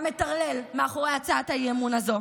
המטרלל מאחורי הצעת האי-אמון הזו,